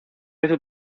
veces